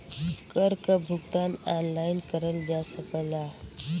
कर क भुगतान ऑनलाइन करल जा सकला